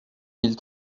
mille